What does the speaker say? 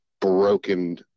broken